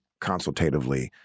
consultatively